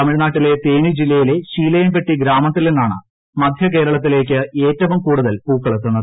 തമിഴ് നാട്ടിലെ തേനി ജില്ലയിലെ ശീലയംപെട്ടി ഗ്രാമത്തിൽ നിന്നാണ് മധ്യകേരളത്തിലേക്ക് ഏറ്റവും കൂടുതൽ പൂക്കളെത്തുന്നത്